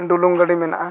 ᱰᱩᱞᱩᱝ ᱜᱟᱹᱰᱤ ᱢᱮᱱᱟᱜᱼᱟ